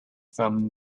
from